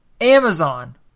Amazon